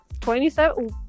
27